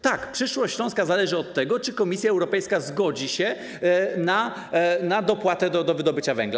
Tak, przyszłość Śląska zależy od tego, czy Komisja Europejska zgodzi się na dopłatę do wydobycia węgla.